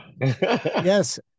Yes